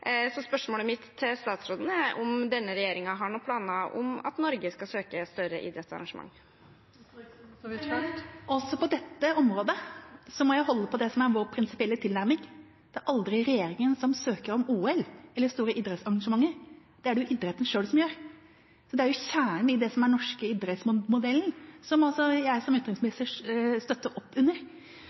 Så spørsmålet mitt til statsråden er: Har denne regjeringen noen planer om at Norge skal søke om å få større idrettsarrangement? Også på dette området må jeg holde på det som er vår prinsipielle tilnærming: Det er aldri regjeringa som søker om OL eller store idrettsarrangementer, det er det idretten selv som gjør. Det er kjernen i den norske idrettsmodellen, som jeg som utenriksminister altså støtter opp under.